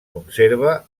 conserva